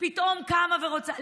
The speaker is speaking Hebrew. פתאום קמה ורוצה.